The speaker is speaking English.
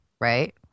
right